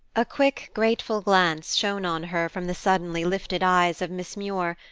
a quick, grateful glance shone on her from the suddenly lifted eyes of miss muir,